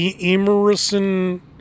Emerson